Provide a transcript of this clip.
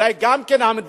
אולי גם המדינה,